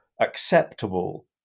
acceptable